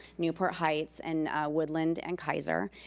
newport heights and woodland and kaiser.